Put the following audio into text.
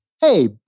hey